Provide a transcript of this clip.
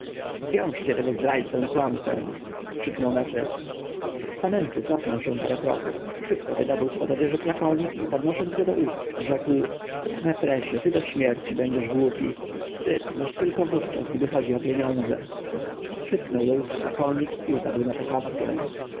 zwiążcie tego zdrajcę i kłamcę krzyknął mefres samentu cofnął się parę kroków szybko wydobył z pod odzieży flakonik i podnosząc go do ust rzekł mefresie ty do śmierci będziesz głupi spryt masz tylko wówczas gdy chodzi o pieniądze przytknął do ust flakonik i upadł na posadzkę